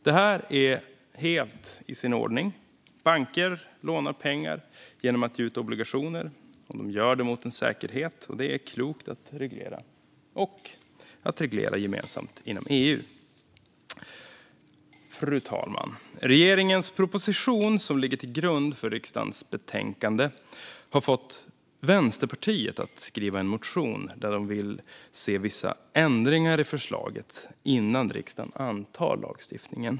Det här är helt i sin ordning. Banker lånar pengar genom att ge ut obligationer, och de gör det mot en säkerhet. Detta är klokt att reglera och att reglera det gemensamt inom EU. Fru talman! Regeringens proposition, som ligger till grund för riksdagens betänkande, har fått Vänsterpartiet att skriva en motion. De vill se vissa ändringar i förslaget innan riksdagen antar lagstiftningen.